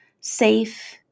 safe